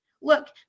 Look